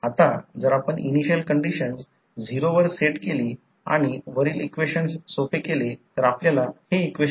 तर त्या प्रकरणात प्रत्यक्षात काय घडत आहे जे emf तयार करते emf नाही तर mmf या मधून तयार होणारा mmf हे N1 I1 असेल आणि हे N2 I2 असेल प्रत्यक्षात ते N1 I1 N2 I2 असेल ते असे काहीतरी आहे